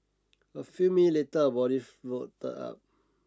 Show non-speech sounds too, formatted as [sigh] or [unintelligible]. a few minute later a [unintelligible] up